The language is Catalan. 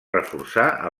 reforçar